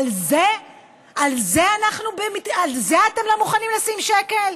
על זה אתם לא מוכנים לשים שקל?